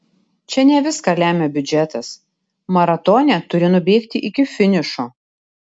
čia ne viską lemia biudžetas maratone turi nubėgti iki finišo